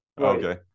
Okay